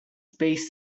space